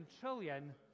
trillion